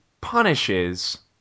punishes